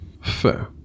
Fair